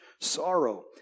sorrow